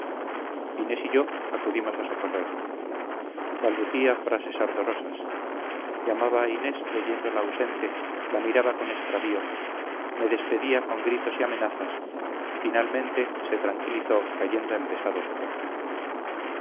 inés y yo acudimos a socorrerle balbucía frases ardorosas llamaba a inés creyéndola ausente la miraba con extravío me despedía con gritos y amenazas y finalmente se tranquilizó cayendo en pesado sopor